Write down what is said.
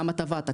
כמה תבעת?